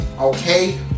Okay